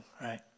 right